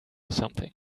something